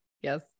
yes